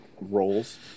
roles